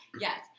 Yes